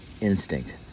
instinct